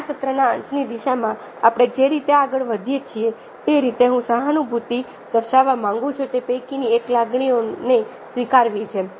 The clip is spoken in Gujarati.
અને આ સત્રના અંતની દિશામાં આપણે જે રીતે આગળ વધીએ છીએ તે રીતે હું સહાનુભૂતિ દર્શાવવા માંગુ છું તે પૈકીની એક લાગણીઓને સ્વીકારવી છે